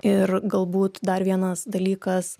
ir galbūt dar vienas dalykas